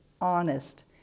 honest